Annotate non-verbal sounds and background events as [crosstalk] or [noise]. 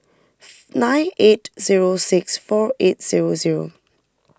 [noise] nine eight zero six four eight zero zero